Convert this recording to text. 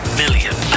million